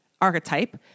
archetype